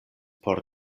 por